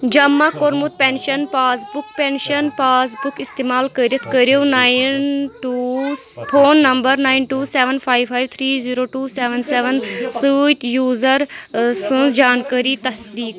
جمع کوٚرمُت pension pass book pension pass book استعمال کٔرتھ کٔرو nine two phone number nine two seven five five three zero two seven seven سۭتۍ user سٕنٛز جانٛکٲری تصدیٖق